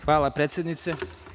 Hvala, predsednice.